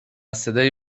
صدای